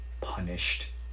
punished